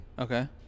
Okay